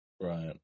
Right